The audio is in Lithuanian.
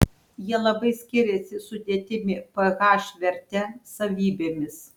jie labai skiriasi sudėtimi ph verte savybėmis